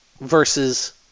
versus